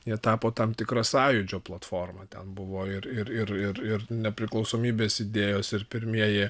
jie tapo tam tikra sąjūdžio platforma ten buvo ir ir ir ir ir nepriklausomybės idėjos ir pirmieji